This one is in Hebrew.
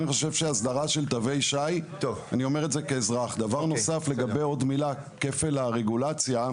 דבר נוסף, לגבי כפל הרגולציה.